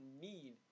need